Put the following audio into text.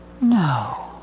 No